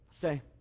say